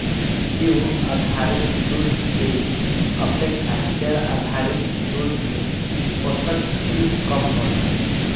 जीउ आधारित दूध की अपेक्षा पेड़ आधारित दूध में पोषक चीज कम होला